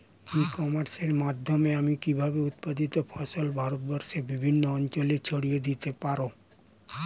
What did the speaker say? ই কমার্সের মাধ্যমে আমি কিভাবে উৎপাদিত ফসল ভারতবর্ষে বিভিন্ন অঞ্চলে ছড়িয়ে দিতে পারো?